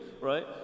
right